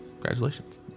Congratulations